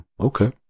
okay